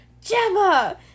Gemma